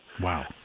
Wow